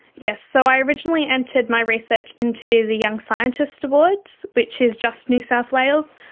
yes, so i originally entered my research into the young scientist awards, which is just new south wales,